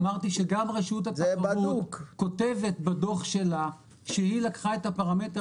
אמרתי שגם רשות התחרות כותבת בדו"ח שלה שהיא לקחה את הפרמטר